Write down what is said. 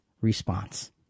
response